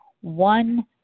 one